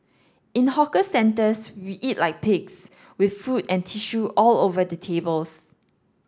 in hawker centres we eat like pigs with food and tissue all over the tables